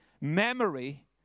memory